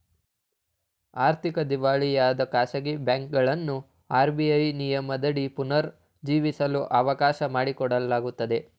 ಆರ್ಥಿಕ ದಿವಾಳಿಯಾದ ಖಾಸಗಿ ಬ್ಯಾಂಕುಗಳನ್ನು ಆರ್.ಬಿ.ಐ ನಿಯಮದಡಿ ಪುನರ್ ಜೀವಿಸಲು ಅವಕಾಶ ಮಾಡಿಕೊಡಲಾಗುತ್ತದೆ